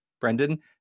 Brendan